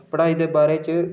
पढ़ाई दे बारे च